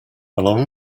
along